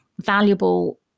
valuable